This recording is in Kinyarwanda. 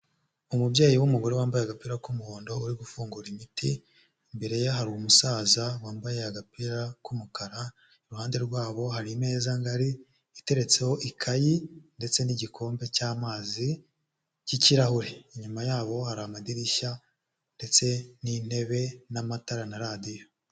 Umubyeyi w'umugore wambaye agapira k'umuhondo, uri gufungura imiti, imbere ye hari umusaza wambaye agapira k'umukara, iruhande rwabo hari imeza ngari iteretseho ikayi ndetse n'igikombe cy'amazi cy'ikirahure. Inyuma yabo hari amadirishya ndetse n'intebe n'amatara na radiyo.